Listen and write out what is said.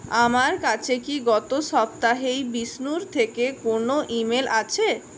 আমার কাছে কি গত সপ্তাহেই বিষ্ণুর থেকে কোনও ইমেল আছে